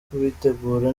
kubitegura